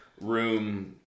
room